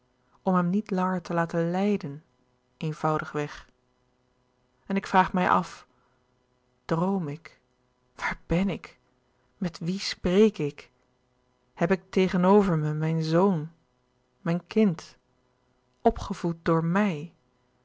om hem niet langer te laten lijden eenvoudigweg en ik vraag mij af droom ik waar ben ik met wien spreek ik heb ik tegenover me mijn zoon mijn kind opgevoed door mij